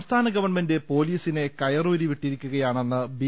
സംസ്ഥാന ഗവൺമെന്റ് പൊലീസിനെ കയറൂരി വിട്ടിരിക്കുക യാണെന്ന് ബി